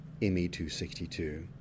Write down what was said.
ME-262